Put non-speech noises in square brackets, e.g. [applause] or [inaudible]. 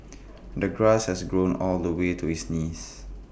[noise] the grass has grown all the way to his knees